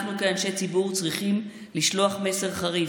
אנחנו כאנשי ציבור צריכים לשלוח מסר חריף,